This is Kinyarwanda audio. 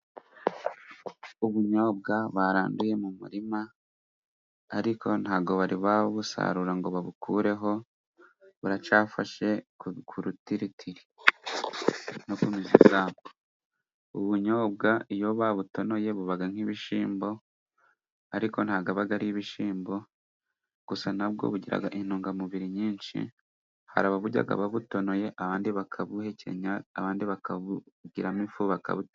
Ubunyobwa baranduye mu murima, ariko ntabwo bari babusarura ngo babukureho buracyafashe kurutiritiri. Ubunyobwa iyo babutonoye buba nk'ibishyimbo, ariko ntabwo ari ibishyimbo. Gusa nabwo bugiraga intungamubiri nyinshi, hari ababurya babutonoye, abandi bakabuhekenya, abandi bakabugiramo ifu bakabuteka.